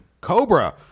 Cobra